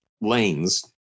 lanes